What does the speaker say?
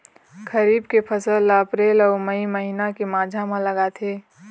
खरीफ के फसल ला अप्रैल अऊ मई महीना के माझा म लगाथे